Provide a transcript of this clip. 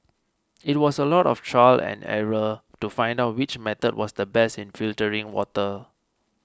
it was a lot of trial and error to find out which method was the best in filtering water